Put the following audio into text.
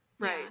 Right